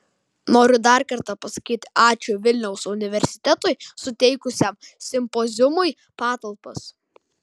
noriu dar kartą pasakyti ačiū vilniaus universitetui suteikusiam simpoziumui patalpas